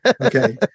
okay